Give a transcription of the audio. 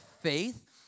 faith